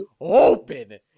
open